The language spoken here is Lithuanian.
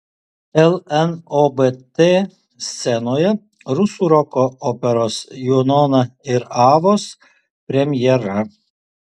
lnobt scenoje rusų roko operos junona ir avos premjera